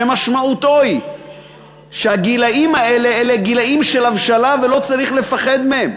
שמשמעותו היא שהגילאים האלה אלה גילאים של הבשלה ולא צריך לפחד מהם.